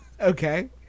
Okay